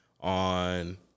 on